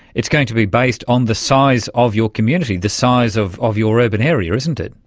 it's going to be based on the size of your community, the size of of your urban area, isn't it.